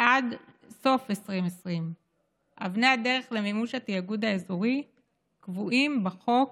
עד סוף 2020. אבני הדרך למימוש התיאגוד האזורי קבועים בחוק,